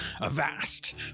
Avast